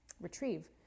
retrieve